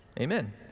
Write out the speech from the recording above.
Amen